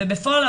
ובפועל,